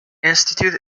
institute